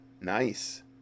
nice